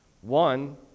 One